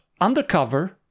undercover